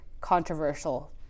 controversial